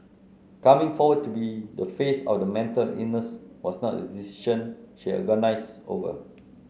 coming forward to be the face of the mental illness was not a decision she agonised over